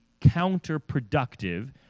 counterproductive